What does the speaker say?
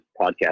podcast